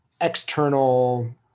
external